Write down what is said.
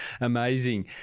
amazing